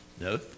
no